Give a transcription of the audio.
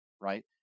right